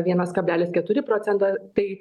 vienas kablelis keturi procento tai